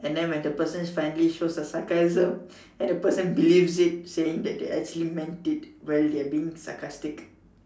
and then when the person finally shows the sarcasm and the person believes it saying that they actually meant it while they are being sarcastic